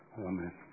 amen